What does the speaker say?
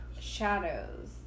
Shadows